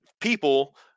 people